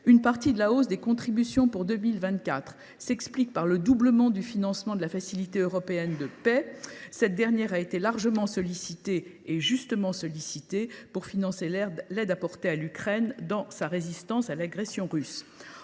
Une partie de la hausse des contributions pour 2024 s’explique par le doublement du financement de la Facilité européenne pour la paix (FEP). Cette dernière a été largement sollicitée – à juste titre – pour financer l’aide apportée à l’Ukraine dans sa résistance à l’agression russe.